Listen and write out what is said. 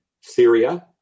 Syria